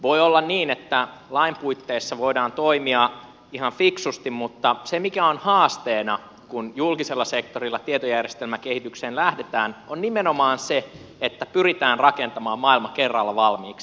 voi olla niin että lain puitteissa voidaan toimia ihan fiksusti mutta se mikä on haasteena kun julkisella sektorilla tietojärjestelmäkehitykseen lähdetään on nimenomaan se että pyritään rakentamaan maailma kerralla valmiiksi